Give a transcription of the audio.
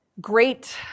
great